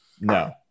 No